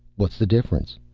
what's the difference?